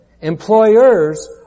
Employers